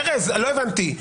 ארז, לא הבנתי.